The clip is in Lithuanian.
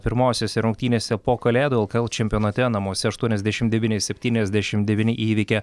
pirmosiose rungtynėse po kalėdų lkl čempionate namuose aštuoniasdešim devyni septyniasdešim devyni įveikė